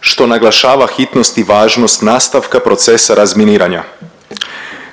što naglašava hitnost i važnost nastavka procesa razminiranja.